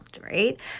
right